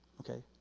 Okay